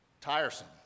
Tiresome